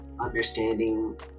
understanding